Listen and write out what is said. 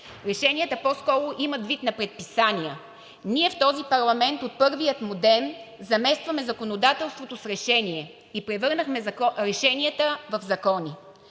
Решенията по-скоро имат вид на предписания. Ние в този парламент от първия му ден заместваме законодателството с решения и превърнахме решенията в закони.